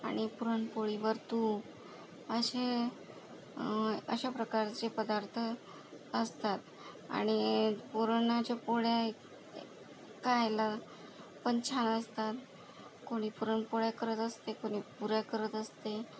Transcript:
आणि पुरणपोळीवर तूप असे अशाप्रकारचे पदार्थ असतात आणि पुरणाच्या पोळ्या खायला पण छान असतात कोणी पुरणपोळ्या करत असते कुणी पुऱ्या करत असते